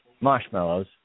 marshmallows